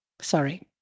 sorry